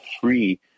free